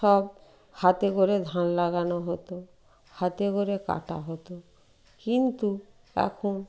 সব হাতে করে ধান লাগানো হতো হাতে করে কাটা হতো কিন্তু এখন